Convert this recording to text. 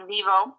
Vivo